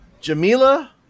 Jamila